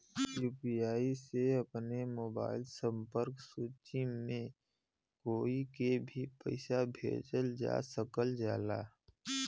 UPI से अपने mobile संपर्क सूची में कोई के भी पइसा भेजल जा सकल जाला